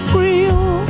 real